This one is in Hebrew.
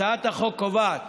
הצעת החוק קובעת,